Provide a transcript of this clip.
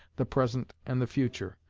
the present, and the future,